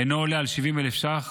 אינו עולה על 70,000 ש"ח,